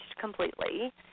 completely